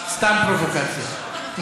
סתם פרובוקציה.